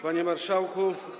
Panie Marszałku!